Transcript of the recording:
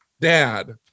Dad